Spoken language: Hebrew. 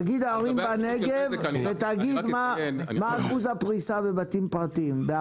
תגיד ערים בנגב ותגיד מה אחוז הפריסה בבתים פרטיים.